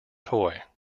toy